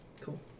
Cool